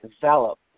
develop